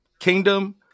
Kingdom